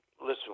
listen